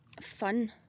fun